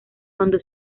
cuando